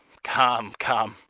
come! come!